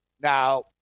Now